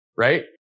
right